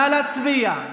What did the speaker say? נא להצביע.